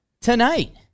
tonight